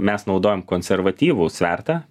mes naudojam konservatyvų svertą